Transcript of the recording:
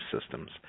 systems